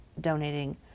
donating